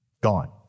gone